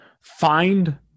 Find